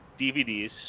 DVDs